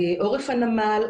עורף הנמל,